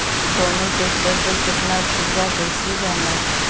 कवना ट्रेक्टर पर कितना छूट बा कैसे जानब?